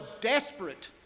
desperate